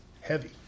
Heavy